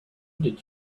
did